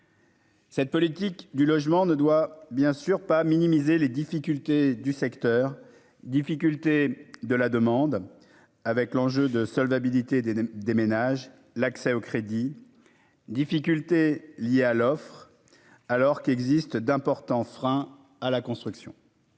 Cette politique du logement ne doit bien sûr pas minimiser les difficultés du secteur : difficulté de la demande avec l'enjeu de solvabilité des, des, des ménages, l'accès au crédit difficultés liées à l'offre, alors qu'existent d'importants frein à la construction.